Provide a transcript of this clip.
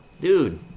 dude